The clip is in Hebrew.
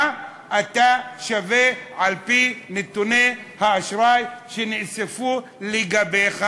מה אתה שווה על-פי נתוני האשראי שנאספו לגביך.